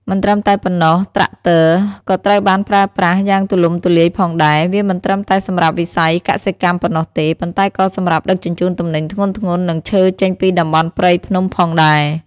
មិនត្រឹមតែប៉ុណ្ណោះ ត្រាក់ទ័រ ក៏ត្រូវបានប្រើប្រាស់យ៉ាងទូលំទូលាយផងដែរ វាមិនត្រឹមតែសម្រាប់វិស័យកសិកម្មប៉ុណ្ណោះទេ ប៉ុន្តែក៏សម្រាប់ដឹកជញ្ជូនទំនិញធ្ងន់ៗ និងឈើចេញពីតំបន់ព្រៃភ្នំផងដែរ។